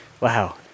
Wow